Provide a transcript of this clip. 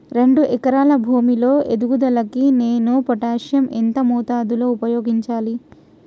రెండు ఎకరాల భూమి లో ఎదుగుదలకి నేను పొటాషియం ఎంత మోతాదు లో ఉపయోగించాలి?